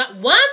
One